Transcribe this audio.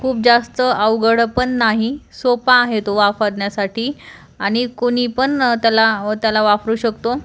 खूप जास्त अवघड पण नाही सोपा आहे तो वापरण्यासाठी आणि कोणीपण त्याला त्याला वापरू शकतो